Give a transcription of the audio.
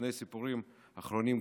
שני הסיפורים האחרונים,